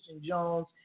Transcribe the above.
Jones